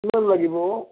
কিমান লাগিব